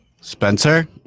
Spencer